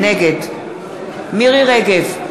נגד מירי רגב,